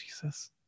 Jesus